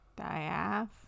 Diaph